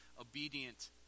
obedient